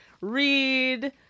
read